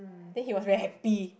then he was very happy